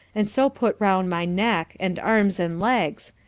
and so put round my neck, and arms and legs,